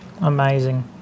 Amazing